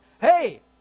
hey